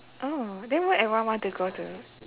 oh then why everyone want to go to